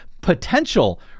potential